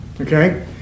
okay